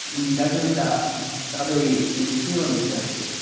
दाजु अन्त तपाई उयो चाहिँ के गर्नु हुन्छ अहिले चाहिँ